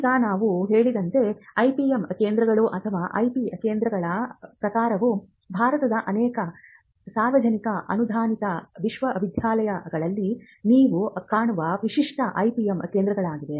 ಈಗ ನಾವು ಹೇಳಿದಂತೆ ಐಪಿಎಂ ಕೇಂದ್ರಗಳು ಅಥವಾ ಐಪಿ ಕೇಂದ್ರಗಳ ಪ್ರಕಾರವು ಭಾರತದ ಅನೇಕ ಸಾರ್ವಜನಿಕ ಅನುದಾನಿತ ವಿಶ್ವವಿದ್ಯಾಲಯಗಳಲ್ಲಿ ನೀವು ಕಾಣುವ ವಿಶಿಷ್ಟ ಐಪಿಎಂ ಕೇಂದ್ರಗಳಾಗಿವೆ